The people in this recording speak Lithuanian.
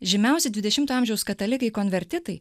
žymiausi dvidešimtojo amžiaus katalikai konvertitai